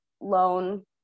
loan